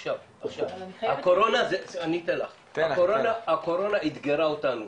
עכשיו, הקורונה אתגרה אותנו.